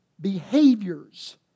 behaviors